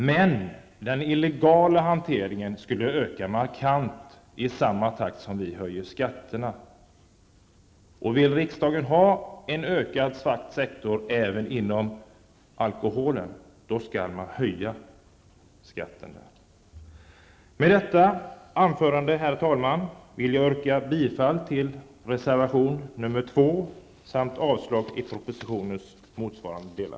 Men den illegala hanteringen skulle öka markant i samma takt som vi höjer skatterna. Vill riksdagen ha en ökad svart sektor även inom alkoholområdet skall man höja skatten där. Med detta anförande, herr talman, vill jag yrka bifall till reservation nr 2 samt avslag på propositionen i motsvarande delar.